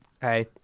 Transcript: Hey